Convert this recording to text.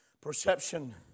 Perception